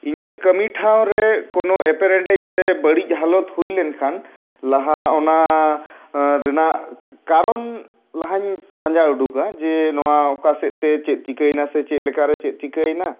ᱤᱧᱟᱹᱜ ᱠᱟᱹᱢᱤ ᱴᱷᱟᱶᱨᱮ ᱠᱳᱱᱳ ᱮᱯᱮᱨ ᱦᱮᱰᱮᱡ ᱥᱮ ᱵᱟᱹᱲᱤᱡ ᱦᱟᱞᱚᱛ ᱦᱩᱭ ᱞᱮᱱ ᱠᱷᱟᱱ ᱞᱟᱦᱟ ᱚᱱᱟ ᱨᱮᱱᱟᱜ ᱠᱟᱨᱚᱱ ᱞᱟᱦᱟᱧ ᱯᱟᱸᱡᱟ ᱩᱰᱩᱠᱟ ᱡᱮ ᱱᱚᱣᱟ ᱚᱠᱟ ᱥᱮᱫ ᱛᱮ ᱪᱮᱫ ᱪᱤᱠᱟᱹᱭᱮᱱᱟ ᱥᱮ ᱪᱮᱫ ᱞᱮᱠᱟᱨᱮ ᱪᱮᱫ ᱪᱤᱠᱟᱹᱭᱮᱱᱟ